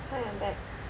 hi I'm back